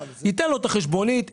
ייתן לו את החשבונית,